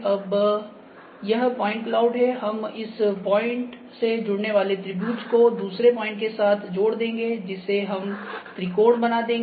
अब यह point cloud है हम इस पॉइंट से जुड़ने वाले त्रिभुज को दूसरे पॉइंट के साथ जोड़ देंगे जिसे हम त्रिकोण बना देंगे